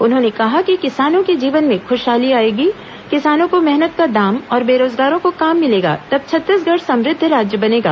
उन्होंने कहा कि किसानों के जीवन में खूशहाली आएगी किसानों को मेहनत का दाम और बेरोजगारों को काम मिलेगा तब छत्तीसगढ़ समुद्व राज्य बनेगा